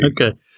Okay